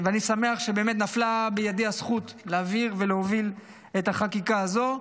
אני שמח שבאמת נפלה בידי הזכות להעביר ולהוביל את החקיקה הזאת.